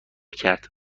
کرد